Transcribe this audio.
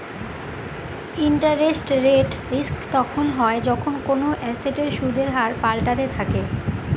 interest rate risk তখন হয় যখন কোনো এসেটের সুদের হার পাল্টাতে থাকে